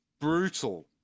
brutal